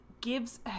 gives